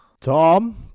Tom